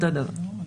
אותו דבר.